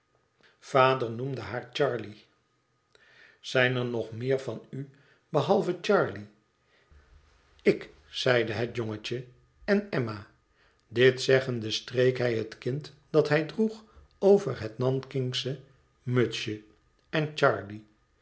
vader noemde haar charley zijn er nog meer van u behalve charley ik zeide het jongetje en emma dit zeggende streek hij het kind dat hij droeg over het nankingsche mutsje en charley